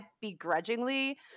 begrudgingly